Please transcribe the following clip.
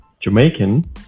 Jamaican